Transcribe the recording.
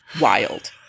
wild